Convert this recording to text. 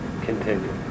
continue